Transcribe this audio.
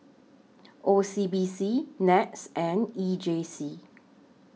O C B C Nets and E J C